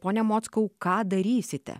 pone mockau ką darysite